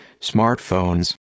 Smartphones